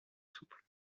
souples